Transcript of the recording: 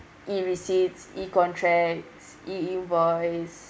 e-receipts e-contracts e-invoice